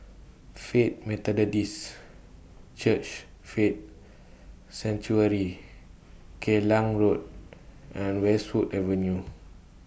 Faith Methodist Church Faith Sanctuary Geylang Road and Westwood Avenue